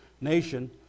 nation